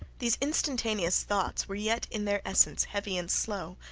these instantaneous thoughts were yet in their essence heavy and slow,